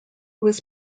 was